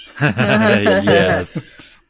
Yes